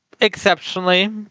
exceptionally